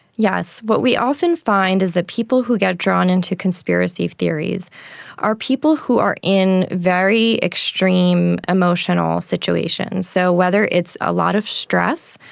yes. what we often find is that people who get drawn into conspiracy theories are people who are in very extreme emotional situations. so whether it's a lot of stress,